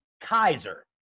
Kaiser